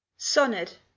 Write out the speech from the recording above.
Sonnet